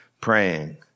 praying